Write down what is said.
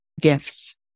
gifts